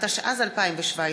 התשע"ז 2017,